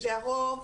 שזה הרוב,